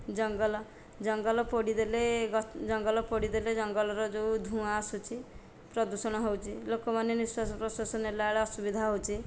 ଜଙ୍ଗଲ ଜଙ୍ଗଲ ପୋଡ଼ି ଦେଲେ ଜଙ୍ଗଲ ପୋଡ଼ି ଦେଲେ ଜଙ୍ଗଲର ଯେଉଁ ଧୂଆଁ ଆସୁଛି ପ୍ରଦୂଷଣ ହେଉଛି ଲୋକମାନେ ନିଶ୍ବାସ ପ୍ରଶ୍ବାସ ନେଲା ବେଳେ ଅସୁବିଧା ହେଉଛି